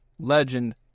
legend